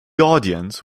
audience